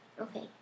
okay